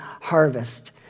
harvest